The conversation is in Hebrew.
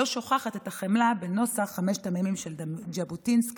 שוכחת את החמלה בנוסח חמשת המ"מים של ז'בוטינסקי,